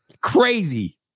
Crazy